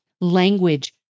language